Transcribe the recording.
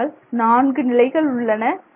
ஆகையால் நான்கு நிலைகள் இருக்கின்றன